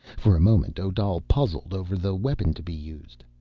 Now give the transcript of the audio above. for a moment, odal puzzled over the weapon to be used.